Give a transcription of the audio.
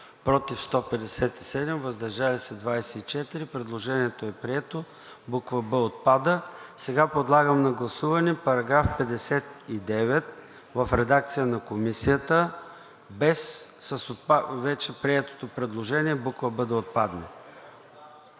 против 157, въздържали се 24. Предложението не е прието – буква „б“ отпада. Подлагам на гласуване § 59 в редакция на Комисията с вече приетото предложение буква „б“ да отпадне.